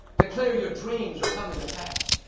declare your dreams are coming to pass.